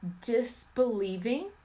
disbelieving